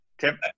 Tim